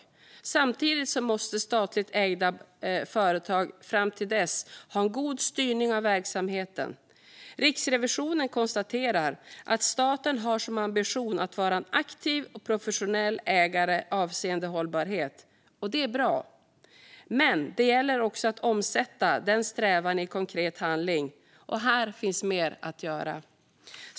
Fram till dess måste dock statligt ägda företag ha en god styrning av verksamheten. Riksrevisionen konstaterar att staten har som ambition att vara en aktiv och professionell ägare avseende hållbarhet. Det är bra, men det gäller också att omsätta den strävan i konkret handling. Här finns mer att göra.